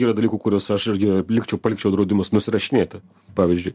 yra dalykų kuriuos aš irgi likčiau palikčiau draudimus nusirašinėti pavyzdžiui